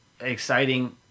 exciting